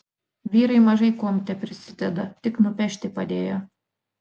vyrai mažai kuom teprisideda tik nupešti padėjo